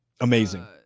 amazing